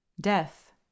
Death